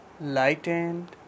lightened